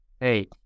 hey